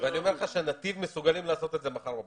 אני אומר לך שנתיב מסוגלים לעשות את זה מחר בבוקר,